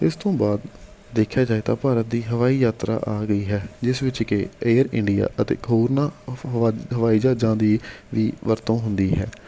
ਇਸ ਤੋਂ ਬਾਅਦ ਦੇਖਿਆ ਜਾਏ ਤਾਂ ਭਾਰਤ ਦੀ ਹਵਾਈ ਯਾਤਰਾ ਆ ਗਈ ਹੈ ਜਿਸ ਵਿੱਚ ਕਿ ਏਅਰ ਇੰਡੀਆ ਅਤੇ ਹੋਰਨਾਂ ਔਫ ਹਵਾ ਹਵਾਈ ਜਹਾਜਾਂ ਦੀ ਵੀ ਵਰਤੋਂ ਹੁੰਦੀ ਹੈ